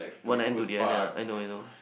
one end to the end ah I know I know